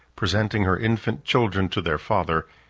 presenting her infant children to their father,